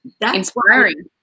inspiring